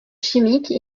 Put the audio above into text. chimique